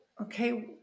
okay